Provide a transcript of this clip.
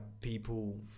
people